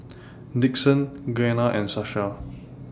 Dixon Gena and Sasha